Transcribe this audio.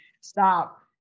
stop